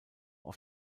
auf